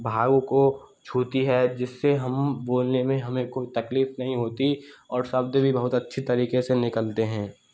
भाग को छुती है जिससे हम बोलने में हमे कोई तकलीफ़ नही होती और शब्द बहुत अच्छी तरीके से निकलते हैं